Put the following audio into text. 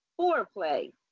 Foreplay